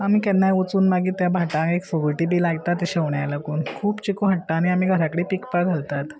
आमी केन्नाय वचून मागीर त्या भाटांक एक फोगोटी बी लागतात ते शेवण्या लागून खूब चिकू हाडटा आनी आमी घरा कडेन पिकपाक घालतात